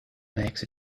makes